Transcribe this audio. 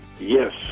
Yes